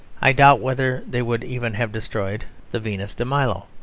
i doubt whether they would even have destroyed the venus de milo.